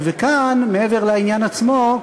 וכאן, מעבר לעניין עצמו,